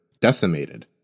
decimated